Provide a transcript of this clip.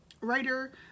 writer